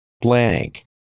Blank